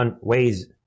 ways